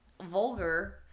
vulgar